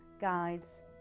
Guides